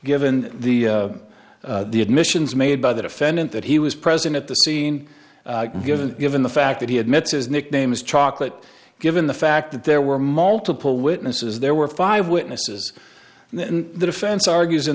given the admissions made by the defendant that he was present at the scene given given the fact that he admits his nickname is chocolate given the fact that there were multiple witnesses there were five witnesses and then the defense argues in